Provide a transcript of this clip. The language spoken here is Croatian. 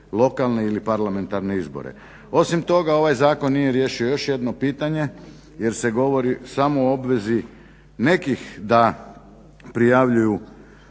lokalne ili parlamentarne izbore. Osim toga ovaj zakon nije riješio još jedno pitanje jer se govori samo o obvezi nekih da prijavljuju